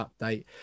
update